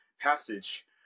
passage